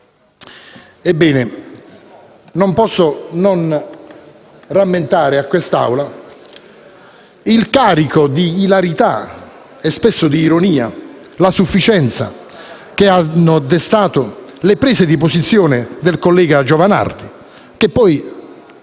Ebbene, non posso non rammentare a quest'Assemblea il carico di ilarità e spesso di ironia, la sufficienza che hanno destato le prese di posizione del senatore Giovanardi, che ha